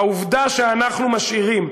העובדה שאנחנו משאירים,